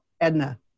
Edna